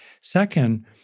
Second